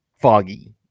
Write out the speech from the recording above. foggy